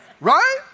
Right